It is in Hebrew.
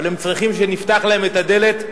אבל הם צריכים שנפתח להם את הדלת,